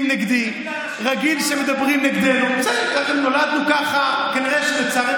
תגיד לאנשים שהצבעת